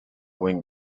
wing